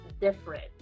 different